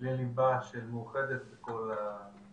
לליבה של מאוחדת בכל הרבדים.